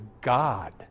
God